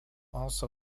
also